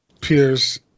Pierce